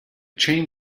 chain